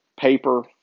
paper